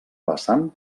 vessant